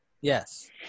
yes